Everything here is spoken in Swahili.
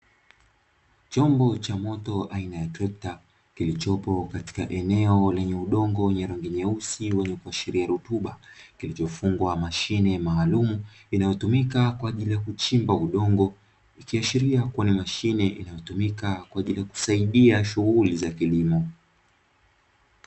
Chombo cha moto aina ya trekta, kilichopo katika eneo lenye udongo wenye rangi nyeusi wenye kuashiria rutuba kilichofungwa mashine maalumu inayotumika kwa ajili ya kuchimba udongo, ikiashiria kuwa ni mashine inayotumika kwa ajili ya kusaidia shughuli za kilimo.